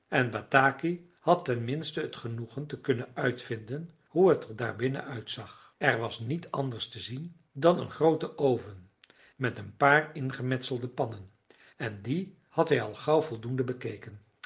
en bataki had ten minste het genoegen te kunnen uitvinden hoe t er daar binnen uitzag er was niet anders te zien dan een groote oven met een paar ingemetselde pannen en die had hij al gauw voldoende bekeken